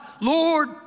Lord